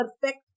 perfect